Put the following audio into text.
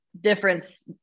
difference